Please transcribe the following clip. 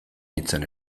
nintzen